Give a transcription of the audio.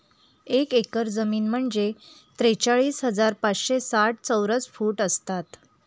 एक एकर जमीन म्हणजे त्रेचाळीस हजार पाचशे साठ चौरस फूट असतात